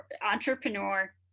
entrepreneur